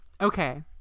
okay